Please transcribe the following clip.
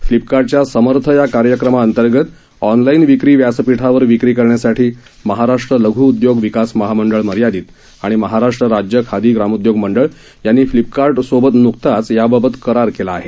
फ्लिपकार्टच्या समर्थ या कार्यक्रमा अंतर्गत ऑनलाईन विक्री व्यासपीठावर विक्री करण्यासाठी महाराष्ट्र लघ्उदयोग विकास महामंडळ मर्यादित आणि महाराष्ट्र राज्य खादी ग्रामोद्योग मंडळ यांनी फ्लिपकार्ट सोबत न्कताच याबाबत करार केला आहे